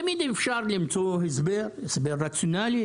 תמיד אפשר למצוא הסבר רציונלי,